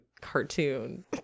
cartoon